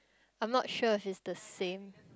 I'm not sure if it's the same